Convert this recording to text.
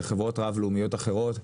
וחברות רב-לאומיות אחרות.